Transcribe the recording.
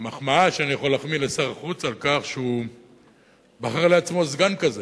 המחמאה שאני יכול להחמיא לשר החוץ היא על כך שהוא בחר לעצמו סגן כזה,